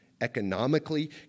economically